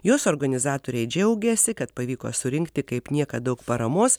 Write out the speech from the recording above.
jos organizatoriai džiaugėsi kad pavyko surinkti kaip niekad daug paramos